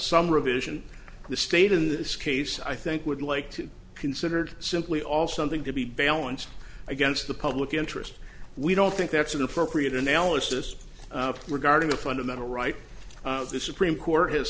some revision the state in this case i think would like to considered simply all something to be balanced against the public interest we don't think that's an appropriate analysis regarding the fundamental right of the supreme court has